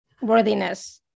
worthiness